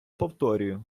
повторюю